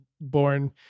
born